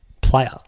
player